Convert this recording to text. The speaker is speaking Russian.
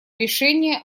решение